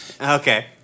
Okay